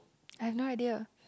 I've no idea